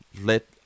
let